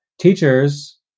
teachers